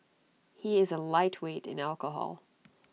he is A lightweight in alcohol